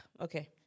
Okay